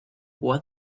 was